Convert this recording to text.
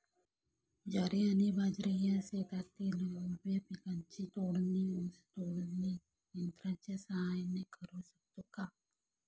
ज्वारी आणि बाजरी या शेतातील उभ्या पिकांची तोडणी ऊस तोडणी यंत्राच्या सहाय्याने करु शकतो का?